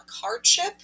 hardship